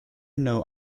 know